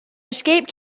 escape